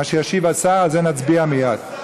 מה שישיב השר, על זה נצביע מייד.